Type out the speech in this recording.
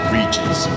Reaches